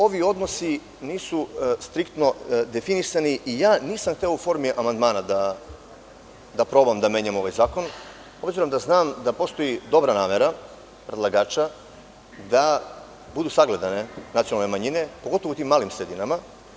Međutim, ovi odnosi nisu striktno definisani i ja nisam hteo u formi amandmana da probam da menjam ovaj zakon, obzirom da znam da postoji dobra namera predlagača da budu sagledane nacionalne manjine, pogotovo u tim malim sredinama.